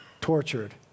tortured